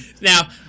Now